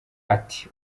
ati